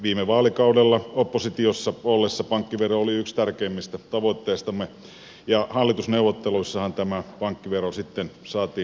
viime vaalikaudella oppositiossa ollessamme pankkivero oli yksi tärkeimmistä tavoitteistamme ja hallitusneuvotteluissahan tämä pankkivero sitten saatiin hallitusohjelmaan